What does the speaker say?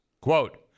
Quote